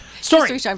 Story